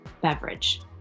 beverage